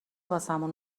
واسمون